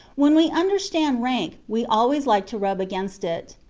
when we understand rank, we always like to rub against it.